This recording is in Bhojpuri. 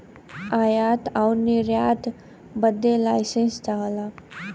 आयात आउर निर्यात बदे लाइसेंस चाहला